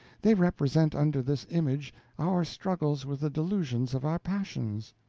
they represent under this image our struggles with the delusions of our passions.